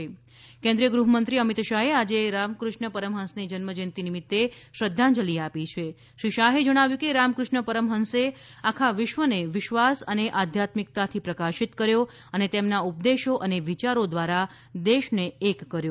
રામકૃષ્ણ પરમહંસની જન્મજયંતિ કેન્દ્રીય ગૃહ મંત્રી અમિત શાહે આજે રામકૃષ્ણ પરમહંસની જન્મજયંતિ નિમિત્તે શ્રદ્ધાંજલિ આપી છે શ્રી શાહે જણાવ્યુ છે કે રામકૃષ્ણ પરમહંસે આખા વિશ્વને વિશ્વાસ અને આધ્યાત્મિકતાથી પ્રકાશિત કર્યો અને તેમના ઉપદેશો અને વિચારો દ્વારા દેશને એક કર્યો